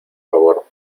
favor